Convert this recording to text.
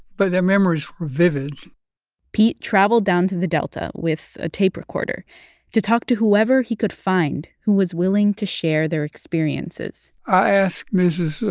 but their memories were vivid pete traveled down to the delta with a tape recorder to talk to whoever he could find who was willing to share their experiences i asked mrs.